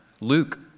Luke